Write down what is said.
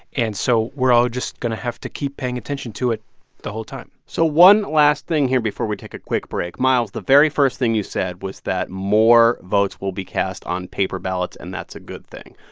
and so we're all just going to have to keep paying attention to it the whole time so one last thing here before we take a quick break. miles, the very first thing you said was that more votes will be cast on paper ballots, and that's a good thing.